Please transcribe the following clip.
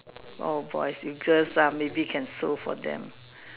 oh boy see girls ah maybe can sew for them